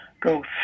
go